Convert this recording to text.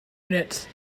units